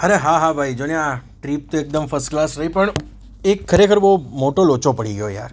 અરે હા હા ભાઈ જો ને આ ટ્રીપ તો એકદમ ફર્સ્ટક્લાસ રહી પણ એક ખરેખર બહુ મોટો લોચો પડી ગયો યાર